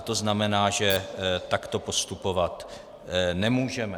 To znamená, že takto postupovat nemůžeme.